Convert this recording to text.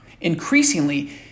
Increasingly